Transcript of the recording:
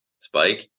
spike